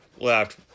left